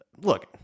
look